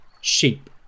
Sheep